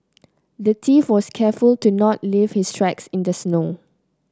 the thief was careful to not leave his tracks in the snow